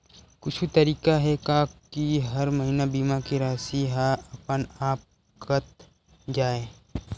कुछु तरीका हे का कि हर महीना बीमा के राशि हा अपन आप कत जाय?